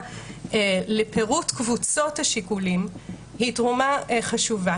לפירוט קבוצות השיקולים היא תרומה חשובה.